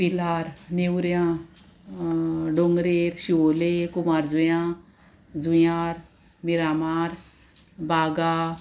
पिलार नेवऱ्यां डोंगरेर शिवोले कुमारजुयां झुयार मिरामार बागा